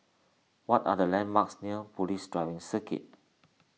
what are the landmarks near Police Driving Circuit